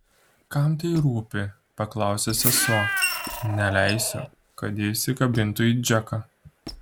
kam tai rūpi paklausė sesuo neleisiu kad ji įsikabintų į džeką